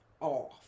off